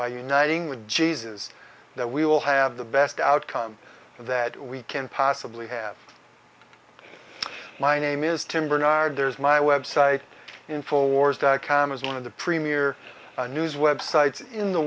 by uniting with jesus that we will have the best outcome that we can possibly have my name is tim bernard there is my website in four wars dot com is one of the premier news websites in the